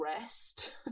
rest